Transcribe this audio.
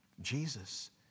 Jesus